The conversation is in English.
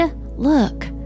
Look